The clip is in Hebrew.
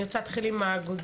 אני רוצה להתחיל עם האגודה,